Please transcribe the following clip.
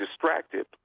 distracted